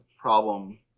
problem